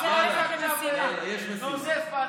מה אתה עכשיו נוזף בנו?